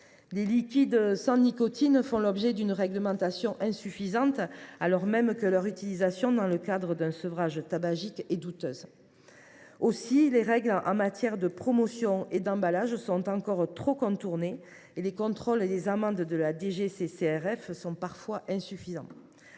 Les liquides sans nicotine font l’objet d’une réglementation insuffisante, alors même que leur utilisation dans le cadre d’un sevrage tabagique est douteuse. Les règles en matière de promotion et d’emballage sont encore trop souvent contournées. Quant aux contrôles et aux amendes de la DGCCRF, ils sont parfois insuffisants.